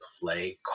play